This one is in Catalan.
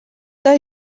dos